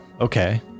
Okay